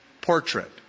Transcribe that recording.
portrait